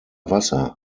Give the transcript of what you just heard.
wasser